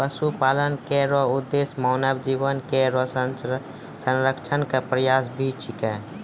पशुपालन केरो उद्देश्य मानव जीवन केरो संरक्षण क प्रयास भी छिकै